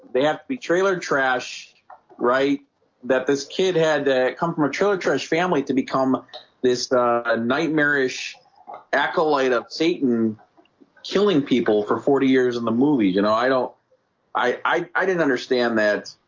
have to be trailer trash right that this kid had come from a trailer trash family to become this ah nightmarish acolyte of satan killing people for forty years in the movie, you know, i don't i i didn't understand that